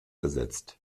ersetzt